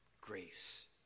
grace